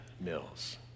Mills